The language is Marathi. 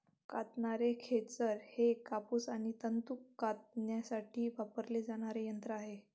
कातणारे खेचर हे कापूस आणि तंतू कातण्यासाठी वापरले जाणारे यंत्र आहे